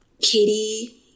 Katie